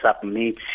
submit